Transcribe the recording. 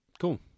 Cool